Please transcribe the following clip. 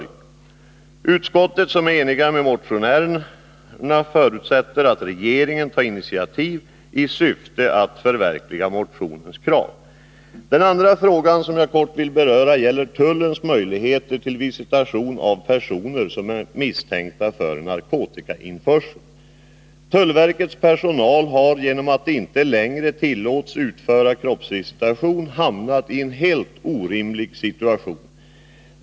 Utskottet, som är enigt med motionärerna, förutsätter att regeringen tar initiativ i syfte att förverkliga motionens krav. Den andra fråga som jag kort vill beröra gäller tullens möjligheter till visitation av personer som är misstänkta för narkotikainförsel. Tullverkets anställda har genom att de inte längre tillåts utföra kroppsvisitation hamnat i en helt orimlig situation.